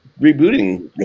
rebooting